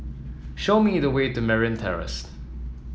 show me the way to Merryn Terrace